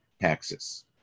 taxes